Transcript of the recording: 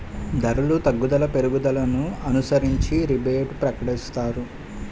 ధరలు తగ్గుదల పెరుగుదలను అనుసరించి రిబేటు ప్రకటిస్తారు